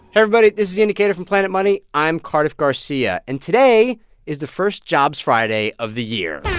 everybody. this is the indicator from planet money. i'm cardiff garcia, and today is the first jobs friday of the year